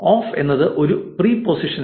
of എന്നത് ഒരു preposition ആണ്